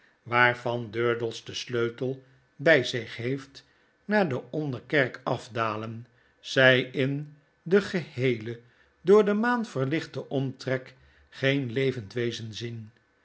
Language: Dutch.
waarvan durdels den sleutel by zich heeft naar de onderkerk afdalen zy in den geheelen door de maan verlichten omtrek geen levend wezen zien